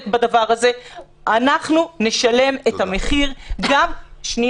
בדבר הזה אנחנו נשלם את המחיר -- תודה רבה.